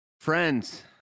Friends